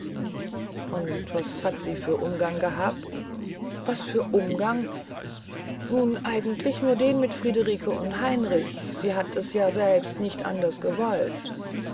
und was hat sie für umgang gehabt was für umgang na eigentlich nur den mit friederike und heinrich sie hat es ja selbst nicht anders gewollt